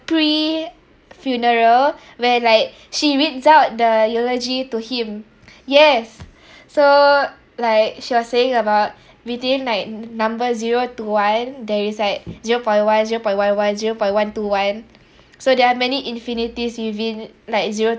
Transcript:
pre funeral where like she reads out the eulogy to him yes so like she was saying about within like number zero to one there is like zero point one zero point one one zero point one two one so there are many infinities within like zero